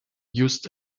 used